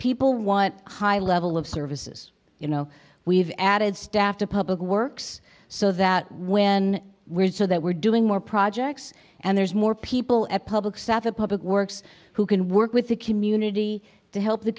people what high level of services you know we've added staff to public works so that when we're so that we're doing more projects and there's more people at publix at the public works who can work with the community to help the